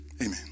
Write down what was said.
Amen